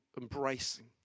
embracing